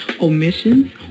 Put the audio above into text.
omissions